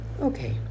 Okay